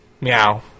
Meow